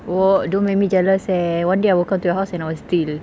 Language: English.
oh don't make me jealous eh one day I will come to your house and I will steal